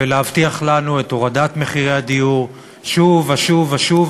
ולהבטיח לנו את הורדת מחירי הדיור שוב ושוב ושוב,